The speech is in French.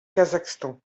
kazakhstan